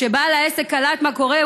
כשבעל העסק קלט מה קורה,